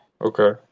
Okay